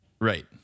right